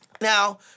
Now